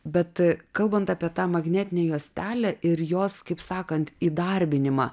bet kalbant apie tą magnetinę juostelę ir jos kaip sakant įdarbinimą